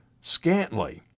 scantly